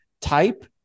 type